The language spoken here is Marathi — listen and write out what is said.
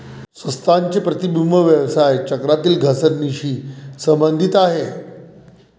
संस्थांचे प्रतिबिंब व्यवसाय चक्रातील घसरणीशी संबंधित आहे